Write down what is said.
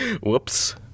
whoops